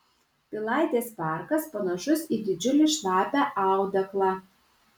pilaitės parkas panašus į didžiulį šlapią audeklą